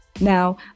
Now